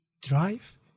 drive